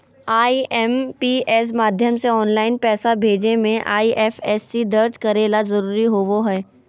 IMPS माध्यम से online पैसा भेजे मे आई.एफ.एस.सी दर्ज करे ला जरूरी होबो हय